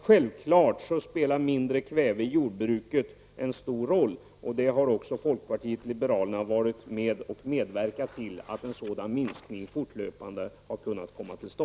Självfallet spelar en mindre mängd kväve i jordbruket en stor roll, och här har folkpartiet liberalerna också medverkat till att en minskning fortlöpande har kunnat ske.